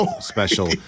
special